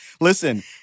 Listen